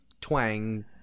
twang